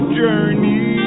journey